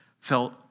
felt